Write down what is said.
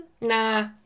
Nah